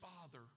father